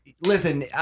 Listen